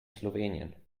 slowenien